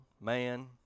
Man